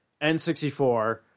N64